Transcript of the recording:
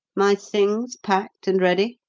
my things packed and ready?